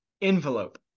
Envelope